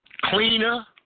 cleaner